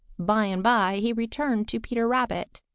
by and by he returned to peter rabbit.